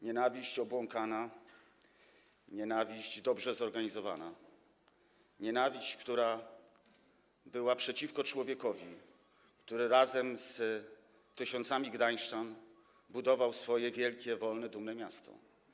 Nienawiść obłąkana, nienawiść dobrze zorganizowana, nienawiść przeciwko człowiekowi, który razem z tysiącami gdańszczan budował swoje wielkie, wolne, dumne miasto.